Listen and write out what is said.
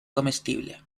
comestible